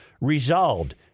resolved